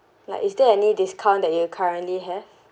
like is there any discount that you currently have